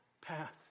path